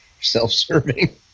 self-serving